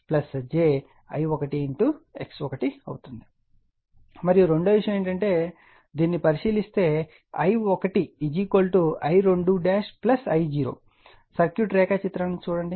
మరియు రెండవ విషయం ఏమిటంటే దీనిని పరిశీలిస్తే I1 I2 I0 సర్క్యూట్ రేఖాచిత్రాన్ని చూడండి